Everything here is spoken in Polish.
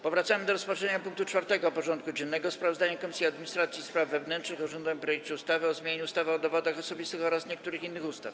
Powracamy do rozpatrzenia punktu 4. porządku dziennego: Sprawozdanie Komisji Administracji i Spraw Wewnętrznych o rządowym projekcie ustawy o zmianie ustawy o dowodach osobistych oraz niektórych innych ustaw.